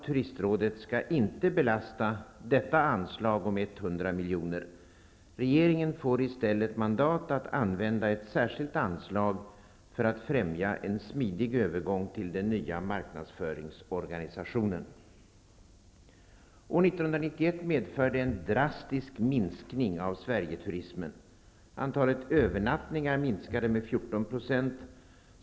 Turistrådet skall inte belasta detta anslag om 100 milj.kr. Regeringen får i stället mandat att använda ett särskilt anslag för att främja en smidig övergång till den nya marknadsföringsorganisationen. År 1991 medförde en drastisk minskning av Sverigeturismen. Antalet övernattningar minskade med 14 %.